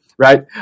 right